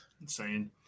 Insane